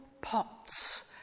pots